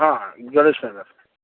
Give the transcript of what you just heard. हां गणेश ट्रेडर्स